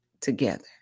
together